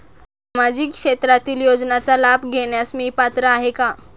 सामाजिक क्षेत्रातील योजनांचा लाभ घेण्यास मी पात्र आहे का?